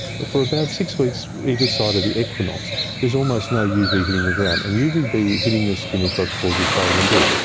for about six weeks either side of the equinox there's almost no uv hitting the ground. and uvb hitting your skin is what causes vitamin d.